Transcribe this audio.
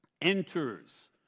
enters